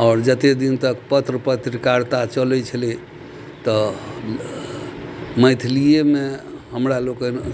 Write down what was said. आओर जते दिन तक पत्र पत्रकारिता चलय छलै तऽ मैथिलियेमे हमरा लोकनि